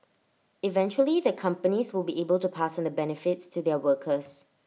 eventually the companies will be able to pass on the benefits to their workers